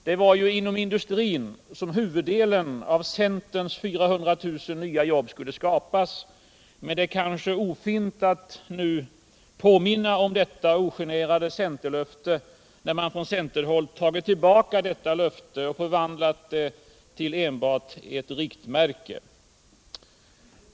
Det var ju inom industrin som huvuddelen av centerns 400 000 nya jobb skulle skapas, men det kanske är ofint att nu påminna om detta ogenerade löfte, när man från centerhåll tagit tillbaka detta löfte och förvandlat det till enbart ett riktmärke.